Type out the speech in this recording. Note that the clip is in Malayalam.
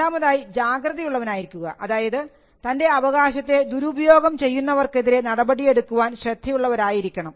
രണ്ടാമതായി ജാഗ്രത ഉള്ളവനായിരിക്കുക അതായത് തൻറെ അവകാശത്തെ ദുരുപയോഗം ചെയ്യുന്നവർക്കെതിരെ നടപടി എടുക്കുവാൻ ശ്രദ്ധ ഉള്ളവരായിരിക്കണം